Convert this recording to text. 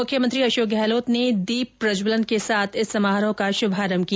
मुख्यमंत्री अशोक गहलोत ने दीप प्रज्ज्वलन के साथ इस समारोह का शुभारम किया